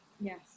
Yes